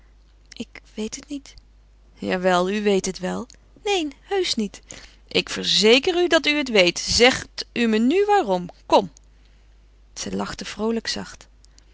ik weet het niet jawel u weet het wel neen heusch niet ik verzeker u dat u het weet zegt u nu waarom kom zij lachte vroolijk